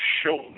show